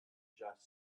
just